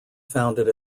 founded